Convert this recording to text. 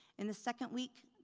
in the second week